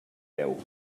deu